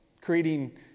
creating